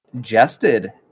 jested